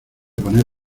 poner